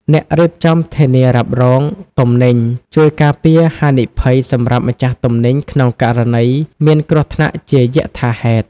អ្នករៀបចំធានារ៉ាប់រងទំនិញ ជួយការពារហានិភ័យសម្រាប់ម្ចាស់ទំនិញក្នុងករណីមានគ្រោះថ្នាក់ជាយថាហេតុ។